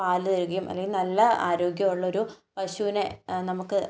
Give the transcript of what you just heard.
പാൽ തരുകയും അല്ലെങ്കിൽ നല്ല ആരോഗ്യം ഉള്ളൊരു പശുവിനെ നമുക്ക്